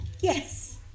Yes